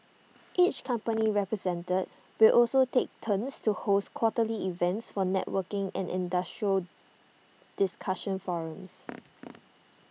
each company represented will also take turns to host quarterly events for networking and industry discussion forums